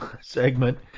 segment